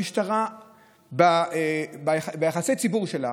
המשטרה, ביחסי הציבור שלה,